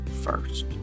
first